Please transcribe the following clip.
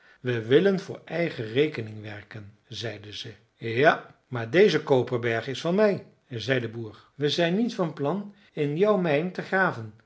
we willen voor eigen rekening werken zeiden ze ja maar deze koperberg is van mij zei de boer we zijn niet van plan in jouw mijn te graven